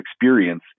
experience